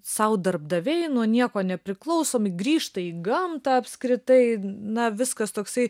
sau darbdaviai nuo nieko nepriklausomi grįžta į gamtą apskritai na viskas toksai